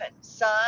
son